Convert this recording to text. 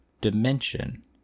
dimension